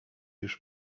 już